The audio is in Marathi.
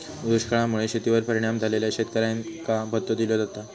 दुष्काळा मुळे शेतीवर परिणाम झालेल्या शेतकऱ्यांका भत्तो दिलो जाता